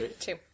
Two